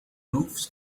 roofs